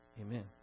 Amen